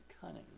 cunning